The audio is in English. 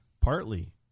Partly